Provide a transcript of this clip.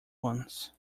once